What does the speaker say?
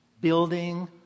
building